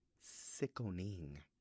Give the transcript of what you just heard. sickening